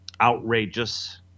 outrageous